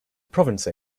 province